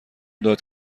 داد